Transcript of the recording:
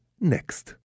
next